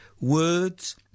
words